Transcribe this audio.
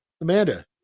Amanda